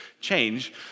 change